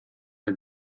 are